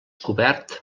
cobert